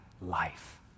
life